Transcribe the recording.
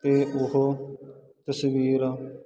ਤੇ ਉਹ ਤਸਵੀਰ